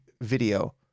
video